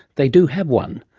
they do have one.